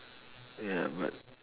ya but